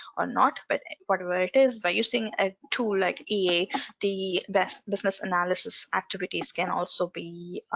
or not but whatever it is by using a tool like ea the best business analysis activities can also be